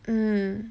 mm